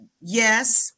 yes